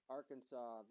Arkansas